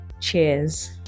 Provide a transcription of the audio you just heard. Cheers